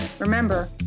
Remember